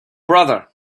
brother